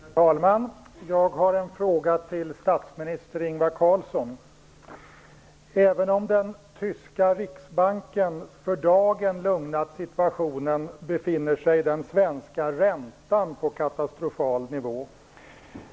Herr talman! Jag har en fråga till statsminister Även om den tyska riksbanken för dagen lugnat ned situationen, befinner sig den svenska räntan på katastrofal nivå.